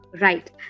Right